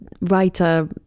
writer